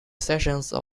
sessions